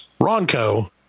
Ronco